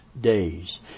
days